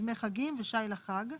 דמי חגים ושי לחג.